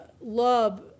love